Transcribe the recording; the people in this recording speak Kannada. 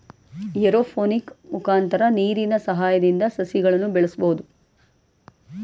ಏರೋಪೋನಿಕ್ ಮುಖಾಂತರ ನೀರಿನ ಸಹಾಯದಿಂದ ಸಸಿಗಳನ್ನು ಬೆಳಸ್ಬೋದು